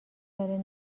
داره